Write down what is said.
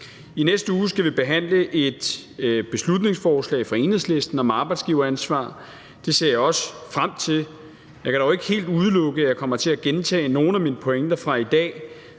I næste uge skal vi behandle et beslutningsforslag fra Enhedslisten om arbejdsgiveransvar, og det ser jeg også frem til. Jeg kan dog ikke helt udelukke, at jeg kommer til at gentage nogle af mine pointer fra i dag